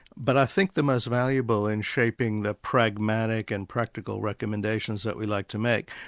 but i think the most valuable in shaping the pragmatic and practical recommendations that we like to make,